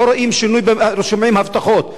לא רואים שינוי, שומעים הבטחות.